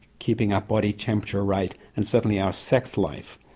keeping our body temperature right and certainly our sex life.